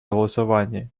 голосовании